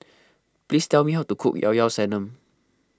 please tell me how to cook Ilao Ilao Sanum